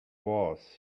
wars